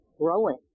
growing